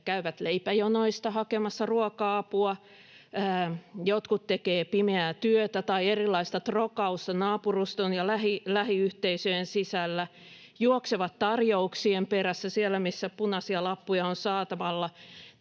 käyvät leipäjonoista hakemassa ruoka-apua, jotkut tekevät pimeää työtä tai erilaista trokausta naapuruston ja lähiyhteisöjen sisällä, juoksevat tarjouksien perässä siellä, missä punaisia lappuja on saatavilla,